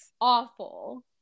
Awful